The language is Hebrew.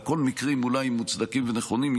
והכול מקרים מוצדקים ונכונים,